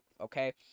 okay